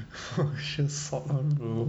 oh she is sot [one] bro